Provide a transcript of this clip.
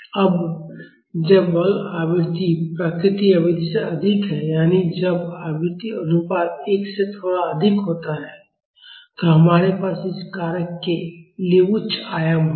अब जब बल आवृत्ति प्राकृतिक आवृत्ति से अधिक है यानी जब आवृत्ति अनुपात 1 से थोड़ा अधिक होता है तो हमारे पास इस कारक के लिए उच्च आयाम होगा